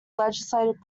legislative